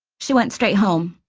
she went straight home.